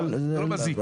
זה לא מזיק.